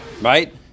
Right